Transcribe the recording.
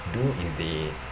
do is they